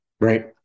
Right